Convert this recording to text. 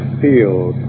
field